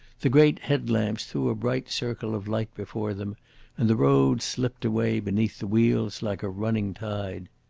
the great head lamps threw a bright circle of light before them and the road slipped away beneath the wheels like a running tide.